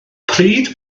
pryd